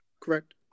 Correct